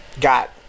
got